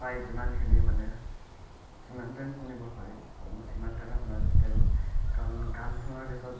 প্ৰায় যিমানখিনি মানে যিমান টাইম শুনিব পাৰি আপোনাৰ সিমান টাইমে শুনাৰ চেষ্টা কৰোঁ কাৰণ গান শুনাৰ পিছত